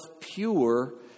pure